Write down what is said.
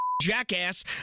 jackass